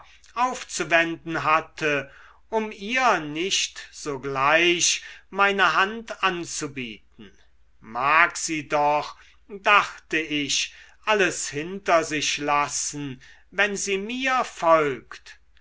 aufzuwenden hatte um ihr nicht sogleich meine hand anzubieten mag sie doch dachte ich alles hinter sich lassen wenn sie mir folgt